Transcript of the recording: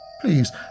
Please